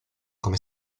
come